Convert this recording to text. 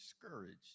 discouraged